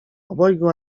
obojgu